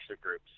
groups